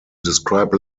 describe